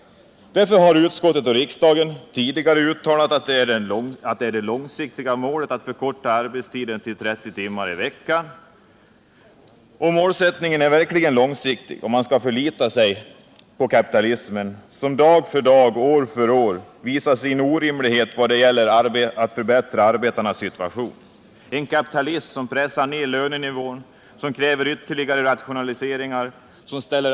Därför har utskottet och riksdagen tidigare uttalat att det är det långsiktiga målet att förkorta arbetstiden till 30 timmar i veckan. Och den målsättningen är verkligen långsiktig om man skall förlita sig på kapitalismen, som år för år, dag för dag visar sin oförmåga att förbättra arbetarnas situation — en kapitalism som pressar ned lönenivån, som kräver ytterligare rationaliseringar, som ställer.